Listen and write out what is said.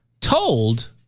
told